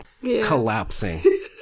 collapsing